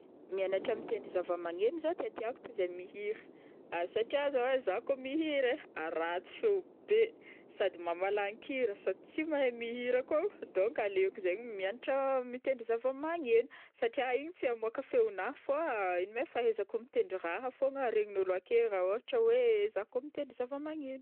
Mianatra mitendry zavamagneno zao tiatiako toizay mihira, satria zao ai za kô mihira ai ratsy feo be sady mamalankira sady tsy mahay mihira kô donc aleoko zegny miagnatra mitendry zavamagneno, satria igny tsy amôka feonaha fô ino mai fahaizako mitendry ra fôgna regninôlo akeo ra ôhatra oe za kô mitendry zavamagneno.